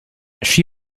she